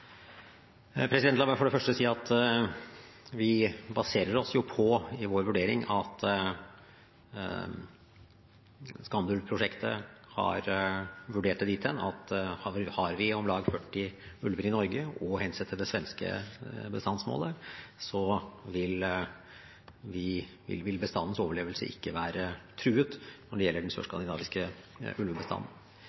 vi oss på at SKANDULV-prosjektet har vurdert det dit hen at har vi om lag 40 ulver i Norge og ser hen til det svenske bestandsmålet, så bestandens overlevelse vil ikke være truet når det gjelder den